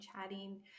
chatting